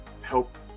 help